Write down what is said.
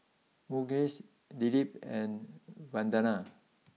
Mukesh Dilip and Vandana